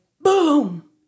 boom